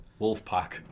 Wolfpack